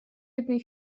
jednej